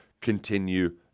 continue